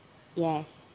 yes